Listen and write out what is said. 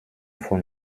von